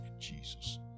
Jesus